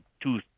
two